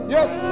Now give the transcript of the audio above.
Yes